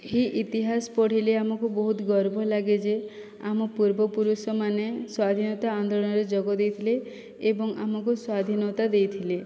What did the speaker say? ଏହି ଇତିହାସ ପଢ଼ିଲେ ଆମକୁ ବହୁତ ଗର୍ବ ଲାଗେ ଯେ ଆମ ପୂର୍ବ ପୁରୁଷମାନେ ସ୍ୱାଧୀନତା ଆନ୍ଦୋଳନରେ ଯୋଗ ଦେଇଥିଲେ ଏବଂ ଆମକୁ ସ୍ୱାଧୀନତା ଦେଇଥିଲେ